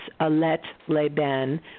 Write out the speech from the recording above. Alet-Le-Ben